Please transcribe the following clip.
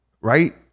right